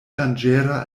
danĝera